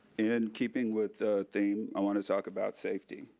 in keeping with the theme, i want to talk about safety.